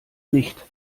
nicht